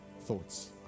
thoughts